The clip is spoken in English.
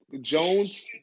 Jones